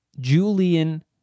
Julian